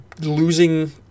losing